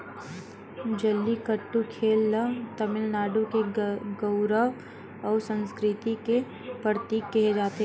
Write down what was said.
जल्लीकट्टू खेल ल तमिलनाडु के गउरव अउ संस्कृति के परतीक केहे जाथे